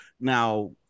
now